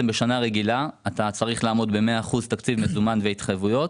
בשנה רגילה אתה צריך לעמוד ב-100% תקציב מזומן והתחייבויות,